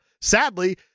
Sadly